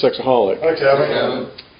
sexaholic